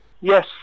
Yes